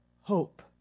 hope